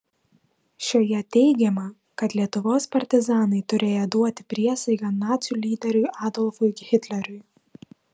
šioje teigiama kad lietuvos partizanai turėję duoti priesaiką nacių lyderiui adolfui hitleriui